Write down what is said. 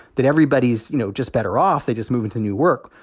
that everybody's, you know, just better off. they just move into new work.